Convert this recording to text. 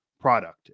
product